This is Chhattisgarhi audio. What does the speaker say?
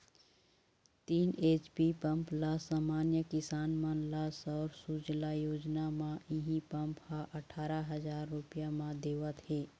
तीन एच.पी पंप ल समान्य किसान मन ल सौर सूजला योजना म इहीं पंप ह अठारा हजार रूपिया म देवत हे